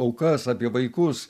aukas apie vaikus